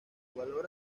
valor